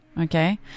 Okay